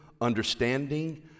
understanding